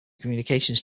communications